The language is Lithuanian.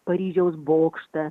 paryžiaus bokštą